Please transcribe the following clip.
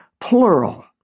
plural